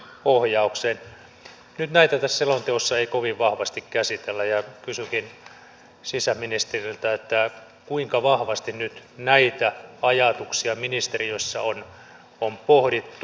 nyt näitä tässä selonteossa ei kovin vahvasti käsitellä ja kysynkin sisäministeriltä että kuinka vahvasti nyt näitä ajatuksia ministeriössä on pohdittu